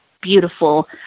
beautiful